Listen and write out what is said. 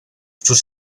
sus